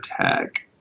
tag